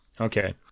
Okay